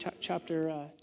chapter